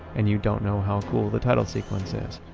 and you don't know how cool the title sequence is.